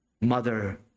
Mother